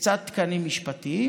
וקצת תקנים משפטיים.